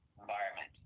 environment